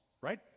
right